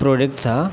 product था